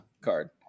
card